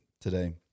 today